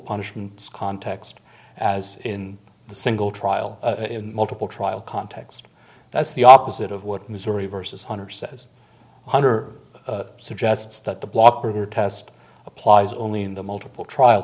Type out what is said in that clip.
punishments context as in the single trial in multiple trial context that's the opposite of what missouri versus hundred says under suggests that the block protest applies only in the multiple trial